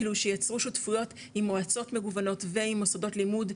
כאילו שיצרו שותפויות עם מועצות מגוונות ועם מוסדות לימוד,